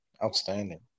Outstanding